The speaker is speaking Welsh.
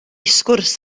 sgwrs